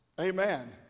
Amen